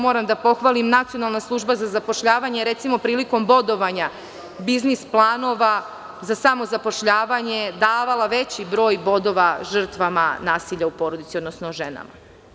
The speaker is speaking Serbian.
Moram da pohvalim, Nacionalna služba za zapošljavanje je, recimo, prilikom bodovanja biznis planova za samozapošljavanje davala veći broj bodova žrtvama nasilja u porodici, odnosno ženama.